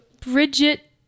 Bridget